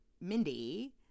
Mindy